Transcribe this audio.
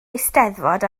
eisteddfod